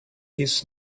his